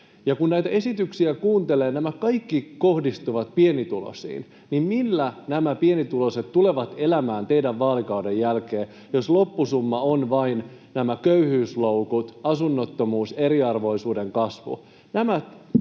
Kun näitä esityksiä kuuntelee ja nämä kaikki kohdistuvat pienituloisiin, niin millä nämä pienituloiset tulevat elämään teidän vaalikautenne jälkeen, jos loppusummassa on vain nämä köyhyysloukut, asunnottomuus, eriarvoisuuden kasvu?